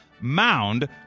mound